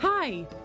Hi